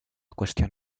cuestión